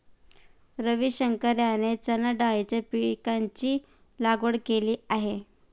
रविशंकर यांनी चणाडाळीच्या पीकाची लागवड केली आहे